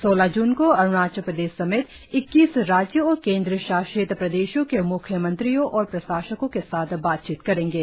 सोलह जून को अरुणाचल प्रदेश समेत ईक्कीस राज्यों और केंद्र शासित प्रदेशों के म्ख्यमंत्रियों और प्रशासकों के साथ बातचीत करेंगे